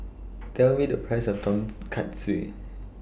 Tell Me The Price of Tonkatsu